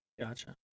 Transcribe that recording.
Gotcha